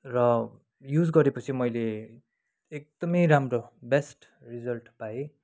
र युज गरेपछि मैले एकदमै राम्रो बेस्ट रिजल्ट पाएँ